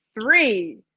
Three